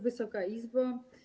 Wysoka Izbo!